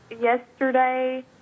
yesterday